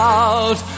out